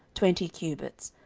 twenty cubits,